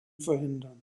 verhindern